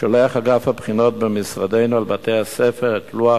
שולח אגף הבחינות במשרדנו לבתי-הספר את לוח